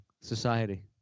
society